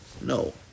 no